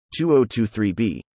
2023b